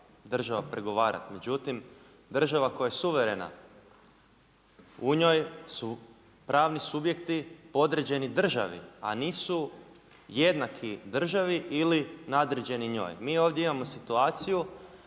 država pregovarati. Međutim, država koja je suverena u njoj su pravni subjekti podređeni državi, a nisu jednaki državi ili nadređeni njoj. Mi ovdje imamo situaciju